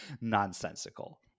nonsensical